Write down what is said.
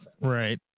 Right